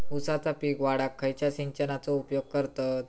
ऊसाचा पीक वाढाक खयच्या सिंचनाचो उपयोग करतत?